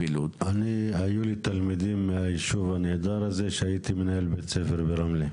היו לי תלמידים מהיישוב הנהדר הזה כשהייתי מנהל בית ספר ברמלה.